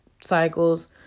cycles